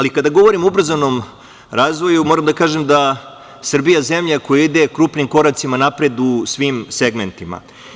Kada govorimo o ubrzanom razvoju, moram da kažem da je Srbija zemlja koja ide krupnim koracima napred u svim segmentima.